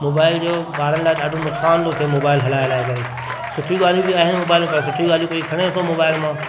mobile जो ॿारनि लाइ ॾाढो नुक़सान थो थिए मोबाइल हलाए हलाए करे सुठियूं ॻाल्हियूं बि आहिनि मोबाइल में पर सुठियूं ॻाल्हियूं कोइ खणे न थो मोबाइल मां